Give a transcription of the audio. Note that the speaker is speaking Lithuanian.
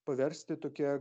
paversti tokia